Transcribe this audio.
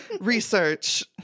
Research